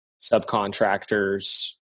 subcontractors